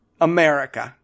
America